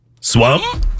Swam